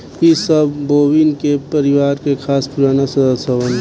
इ सब बोविना के परिवार के खास पुराना सदस्य हवन